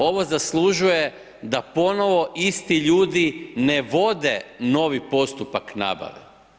Ovo zaslužuje da ponovno isti ljudi ne vode novi postupak nabave.